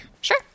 Sure